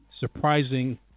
Surprising